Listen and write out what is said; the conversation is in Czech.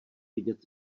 vidět